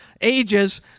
ages